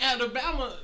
Alabama